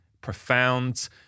profound